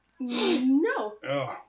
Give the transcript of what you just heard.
No